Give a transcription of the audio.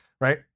right